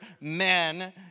men